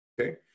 okay